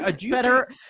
Better